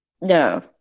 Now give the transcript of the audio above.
no